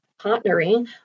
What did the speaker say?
partnering